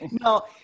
No